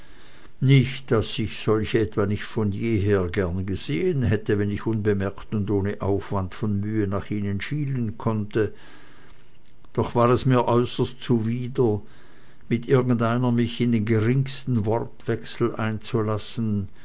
nicht daß ich solche etwa nicht von jeher gern gesehen hätte wenn ich unbemerkt und ohne aufwand von mühe nach ihnen schielen konnte doch war es mir äußerst zuwider mit irgendeiner mich in den geringsten wortwechsel einzulassen